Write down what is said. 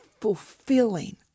fulfilling